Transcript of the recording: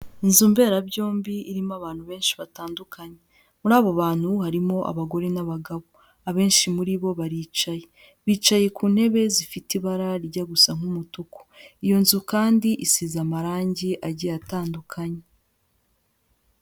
Inzu mberabyombi irimo abantu benshi batandukanye, muri abo bantu harimo abagore n'abagabo, abenshi muri bo baricaye, bicaye ku ntebe zifite ibara rijya gusa nk'umutuku, iyo nzu kandi isize amarangi agiye atandukanye.